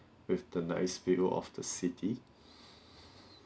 with the nice view of the city